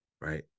right